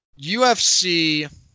UFC